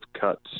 cuts